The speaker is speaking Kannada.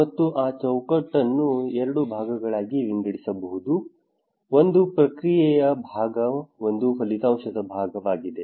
ಮತ್ತು ಆ ಚೌಕಟ್ಟನ್ನು ಎರಡು ಭಾಗಗಳಾಗಿ ವಿಂಗಡಿಸಬಹುದು ಒಂದು ಪ್ರಕ್ರಿಯೆಯ ಭಾಗ ಒಂದು ಫಲಿತಾಂಶದ ಭಾಗವಾಗಿದೆ